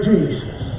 Jesus